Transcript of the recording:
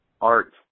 art